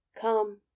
come